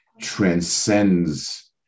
transcends